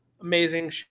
amazing